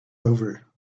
over